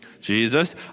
Jesus